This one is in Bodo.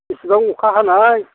इसेबां अखा हानाय